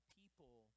people